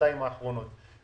בשנתיים האחרונות,